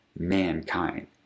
mankind